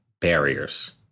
barriers